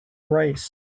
race